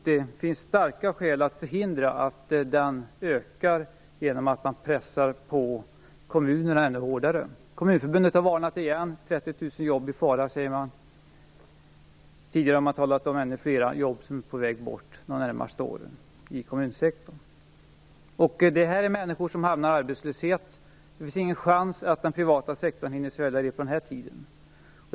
Det finns starka skäl att förhindra att den ökar genom att kommunerna pressas ännu hårdare. Kommunförbundet har åter varnat för att 30 000 jobb är i fara. Tidigare har man talat om ännu fler jobb som är på väg att försvinna i kommunsektorn de närmaste åren. Här är det fråga om människor som hamnar i arbetslöshet. Det finns ingen chans för den privata sektorn att svälja alla dessa under den tiden.